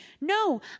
no